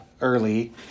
early